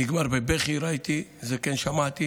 ראיתי שזה נגמר בבכי, את זה כן שמעתי.